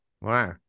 Wow